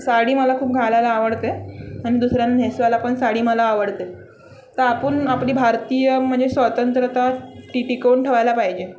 साडी मला खूप घालायला आवडते आणि दुसऱ्यांना नेसवायला पण साडी मला आवडते तर आपण आपली भारतीय म्हणजे स्वतंत्रता टी टिकवून ठवायला पाहिजे